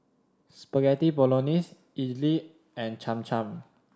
Spaghetti Bolognese Idili and Cham Cham